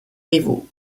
rivaux